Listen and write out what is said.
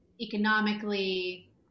economically